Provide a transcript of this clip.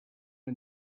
und